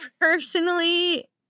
personally